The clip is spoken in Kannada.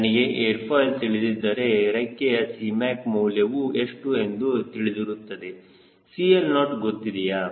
ನನಗೆ ಏರ್ ಫಾಯ್ಲ್ ತಿಳಿದಿದ್ದರೆ ರೆಕ್ಕೆಯ Cmac ಮೌಲ್ಯವು ಎಷ್ಟು ಎಂದು ತಿಳಿದಿರುತ್ತದೆ CL0 ಗೊತ್ತಿದೆಯಾ